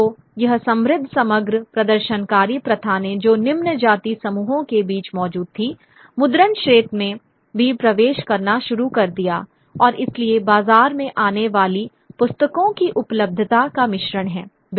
तो यह समृद्ध समग्र प्रदर्शनकारी प्रथा ने जो निम्न जाति समूहों के बीच मौजूद थी मुद्रण क्षेत्र में भी प्रवेश करना शुरू कर दिया और इसलिए बाजार में आने वाली पुस्तकों की उपलब्धता का मिश्रण है